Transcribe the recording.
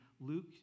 Luke